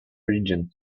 region